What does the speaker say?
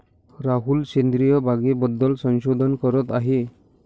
राहुल सेंद्रिय बागेबद्दल संशोधन करत आहे